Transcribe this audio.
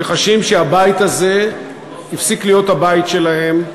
שחשים שהבית הזה הפסיק להיות הבית שלהם,